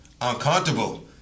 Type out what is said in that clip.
uncomfortable